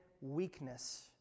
weakness